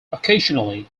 occasionally